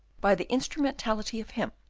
by the instrumentality of him,